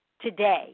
today